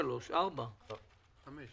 יש ארבע עמותות,